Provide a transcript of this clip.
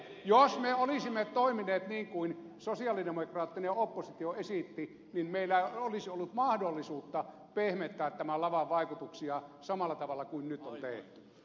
jos me olisimme toimineet niin kuin sosialidemokraattinen oppositio esitti niin meillä ei olisi ollut mahdollisuutta pehmentää tämän laman vaikutuksia samalla tavalla kuin nyt on tehty